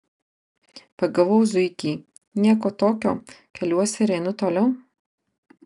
pagavau zuikį nieko tokio keliuosi ir einu toliau